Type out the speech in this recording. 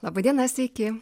laba diena sveiki